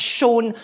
shown